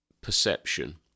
perception